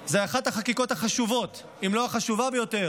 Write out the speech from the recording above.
שזאת אחת החקיקות החשובות, אם לא החשובה ביותר,